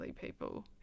people